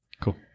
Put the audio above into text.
Cool